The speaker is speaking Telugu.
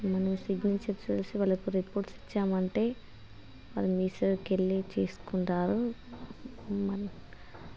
మీ సిగ్నేచర్ చేసి వాళ్ళకి రిపోర్ట్స్ ఇచ్చామంటే వాళ్ళు మీసేవకు వెళ్ళి తీసుకుంటారు మన్